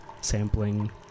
sampling